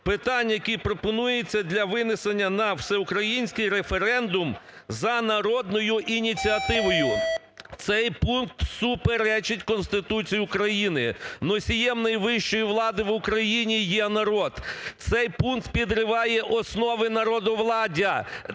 питань, які пропонуються для винесення на всеукраїнський референдум за народною ініціативою". Цей пункт суперечить Конституції України. Носієм найвищої влади в Україні є народ. Цей пункт підриває основи народовладдя,